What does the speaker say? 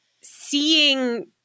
seeing